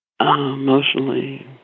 emotionally